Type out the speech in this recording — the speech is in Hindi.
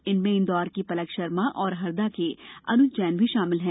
इनमें इंदौर की पलक शर्मा और हरदा के अन्ज जैन भी शामिल हैं